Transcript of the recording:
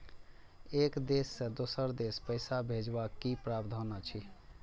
एक देश से दोसर देश पैसा भैजबाक कि प्रावधान अछि??